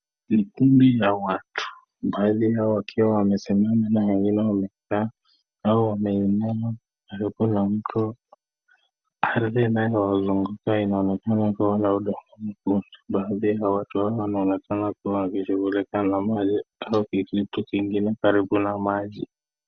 Ni kundi la watu mbali hao wakiwa wamesimama na wengine wamekaa au wameinama kando ya mto iliyowazunguka huko wanaoga kwa mguu, watu hao wanaonekana kuwa wakishughulika na maji au kitu kingine karibu na maji.